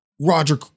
Roger